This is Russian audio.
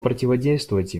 противодействовать